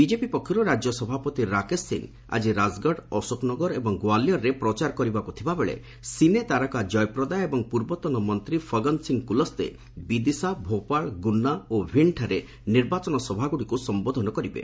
BJP ପକ୍ଷରୁ ରାଜ୍ୟସଭାପତି ରାକେଶ ସିଂହ ଆଜି ରାଜଗଡ଼ ଅଶୋକ ନଗର ଏବଂ ଗ୍ୱାଲିୟର୍ରେ ପ୍ରଚାର କରିବାକୁ ଥିବା ବେଳେ ସିନେ ତାରକା ଜୟପ୍ରଦା ଏବଂ ପୂର୍ବତନ ମନ୍ତ୍ରୀ ଫଗନ ସିଂହ କୁଲସ୍ତେ ବିଦିଶା ଭୋପାଳ ଗୁନ୍ନା ଓ ଭିଣ୍ଡଠାରେ ନିର୍ବାଚନ ସଭାଗୁଡ଼ିକୁ ସମ୍ବୋଧନ କରିବେ